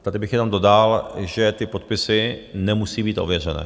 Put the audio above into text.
Tady bych jenom dodal, že ty podpisy nemusí být ověřené.